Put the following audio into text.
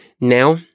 Now